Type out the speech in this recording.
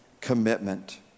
commitment